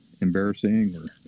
embarrassing